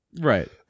Right